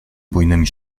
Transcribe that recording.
bujnymi